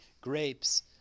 grapes